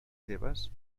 seves